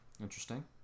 Interesting